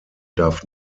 darf